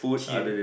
till